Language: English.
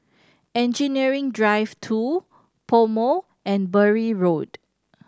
Engineering Drive Two PoMo and Bury Road